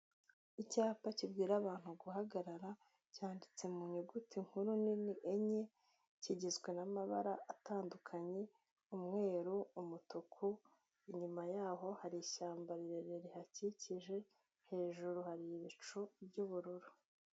Icyapa kibwira abantu guhagarara cyanditse mu nyuguti nkuru nini enye, kigizwe n'amabara atandukanye, umweru umutuku, inyuma ya bo hari ishyamba rirerire rihakikije hejuru hari ibicu by'ubururu.